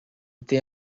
tem